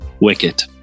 Wicket